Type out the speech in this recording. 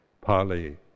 Pali